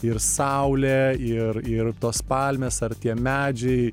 ir saulė ir ir tos palmės ar tie medžiai